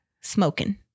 Smoking